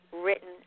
written